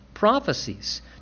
Prophecies